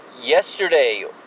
yesterday